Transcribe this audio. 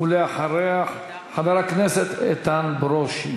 ואחריה, חבר הכנסת איתן ברושי.